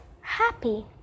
happy